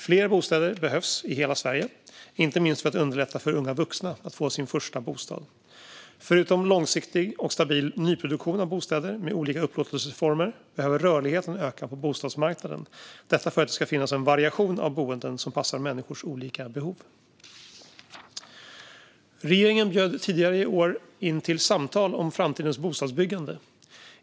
Fler bostäder behövs i hela Sverige, inte minst för att underlätta för unga vuxna att få sin första bostad. Förutom långsiktig och stabil nyproduktion av bostäder med olika upplåtelseformer behöver rörligheten öka på bostadsmarknaden för att det ska finnas en variation av boenden som passar människors olika behov. Regeringen bjöd tidigare i år in till samtal om framtidens bostadsbyggande.